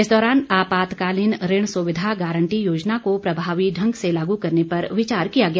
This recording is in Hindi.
इस दौरान आपातकालीन ऋणसुविधा गारंटी योजना को प्रभावी ढंग से लागू करने पर विचार किया गया